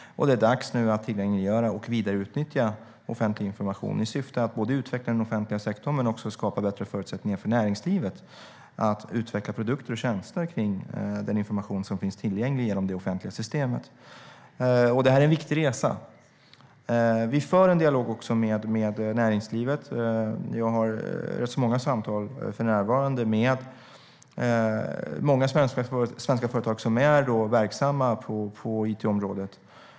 Det är dags nu att tillgängliggöra och vidareutnyttja offentlig information i syfte att både utveckla den offentliga sektorn och skapa bättre förutsättningar för näringslivet att utveckla produkter och tjänster kring den information som finns tillgänglig genom det offentliga systemet. Det här är en viktig resa. Vi för en dialog också med näringslivet. Jag har för närvarande samtal med många svenska företag som är verksamma på it-området.